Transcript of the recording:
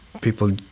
people